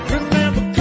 Remember